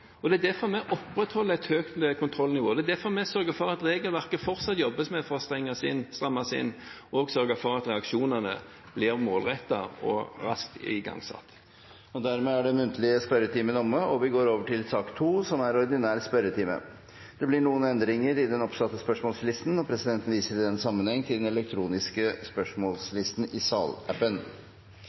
Det er derfor vi opprettholder et høyt kontrollnivå. Det er derfor vi sørger for at det fortsatt jobbes med regelverket, for å stramme inn og sørge for at reaksjonene blir målrettet og raskt igangsatt. Dermed er den muntlige spørretimen omme. Det blir noen endringer i den oppsatte spørsmålslisten, og presidenten viser i den sammenheng til den elektroniske spørsmålslisten i salappen.